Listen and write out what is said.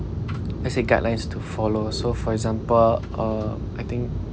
let's say guidelines to follow so for example uh I think